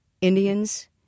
Indians